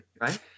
right